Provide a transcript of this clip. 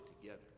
together